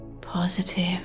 positive